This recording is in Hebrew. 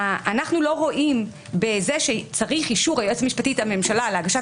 אנחנו לא רואים בזה שצריך אישור היועצת המשפטית לממשלה על הגשת